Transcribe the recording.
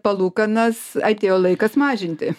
palūkanas atėjo laikas mažinti